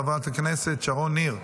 חברת הכנסת שרון ניר,